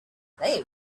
they